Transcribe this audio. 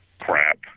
Crap